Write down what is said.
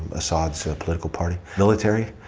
assad's political party, military,